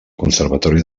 conservatori